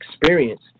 experience